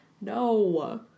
No